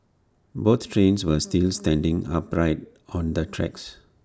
both trains were still standing upright on the tracks